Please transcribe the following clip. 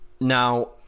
Now